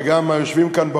וגם היושבים כאן,